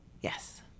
Yes